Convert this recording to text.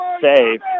save